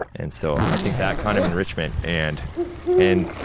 and so, i think that kind of enrichment, and and